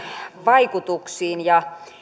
vaikutuksiin ja